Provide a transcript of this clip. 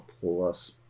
plus